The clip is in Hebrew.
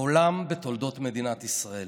מעולם בתולדות מדינת ישראל,